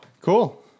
Cool